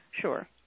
Sure